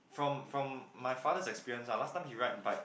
from from my father's experience ah last time he ride bike